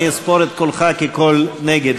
אני אספור את קולך כקול נגד.